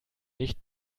nicht